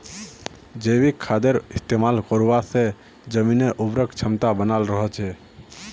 जैविक खादेर इस्तमाल करवा से जमीनेर उर्वरक क्षमता बनाल रह छेक